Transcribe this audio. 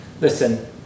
Listen